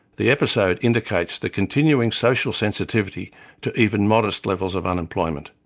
the episode indicates the continuing social sensitivity to even modest levels of unemployment.